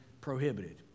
prohibited